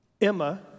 Emma